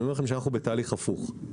אנחנו בתהליך הפוך.